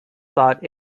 thought